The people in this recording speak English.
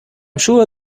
sure